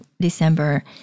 December